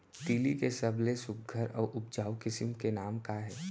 तिलि के सबले सुघ्घर अऊ उपजाऊ किसिम के नाम का हे?